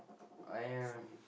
I have